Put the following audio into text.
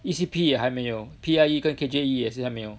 E_C_P 也还没有 P_I_E 跟 K_J_E 也是还没有